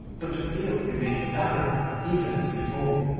but the field remained barren even as before.